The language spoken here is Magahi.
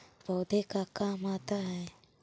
पौधे का काम आता है?